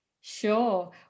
sure